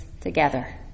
together